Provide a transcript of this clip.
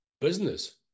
Business